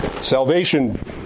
Salvation